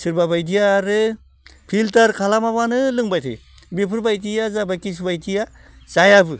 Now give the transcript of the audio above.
सोरबा बायदिया आरो फिल्टार खालामाबालानो लोंबाय थायो बेफोरबायदिया जाबाय खिसुबायदिया जायाबो